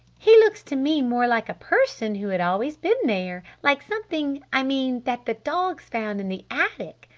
he looks to me more like a person who had always been there! like something i mean that the dogs found in the attic!